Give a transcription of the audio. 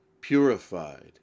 purified